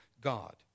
God